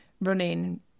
running